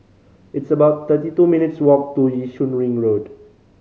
it's about thirty two minutes' walk to Yishun Ring Road